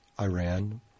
Iran